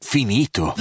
Finito